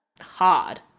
hard